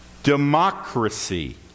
Democracy